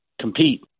compete